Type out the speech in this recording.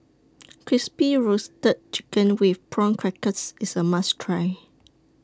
Crispy Roasted Chicken with Prawn Crackers IS A must Try